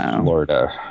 Florida